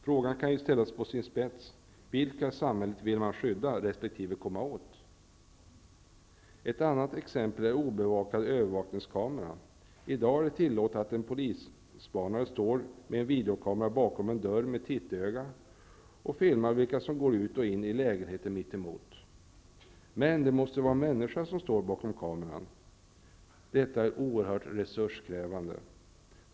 Frågan kan ställas på sin spets: Vilka i samhället vill man skydda resp. komma åt? Ett annat exempel är obevakade övervakningskameror. I dag är det tillåtet att en polisspanare står med en videokamera bakom en dörr med tittöga och filmar vilka som går ut och in i lägenheten mitt emot. Men det måste stå en människa bakom kameran. Detta är oerhört resurskrävande.